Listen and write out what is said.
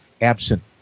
absent